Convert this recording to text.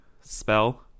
spell